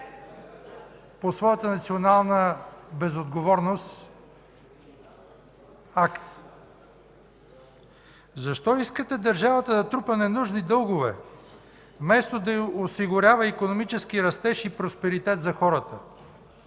по своята национална безотговорност акт? Защо искате държавата да трупа ненужни дългове вместо да осигурява икономически растеж и просперитет за хората?